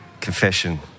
confession